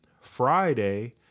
Friday